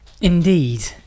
indeed